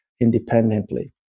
independently